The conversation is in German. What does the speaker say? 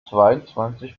zweiundzwanzig